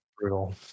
Brutal